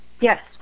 Yes